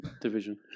division